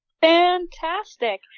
Fantastic